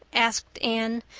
asked anne,